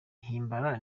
himbara